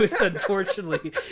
unfortunately